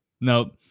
nope